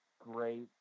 great